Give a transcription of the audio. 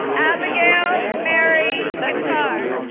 abigail mary guitar,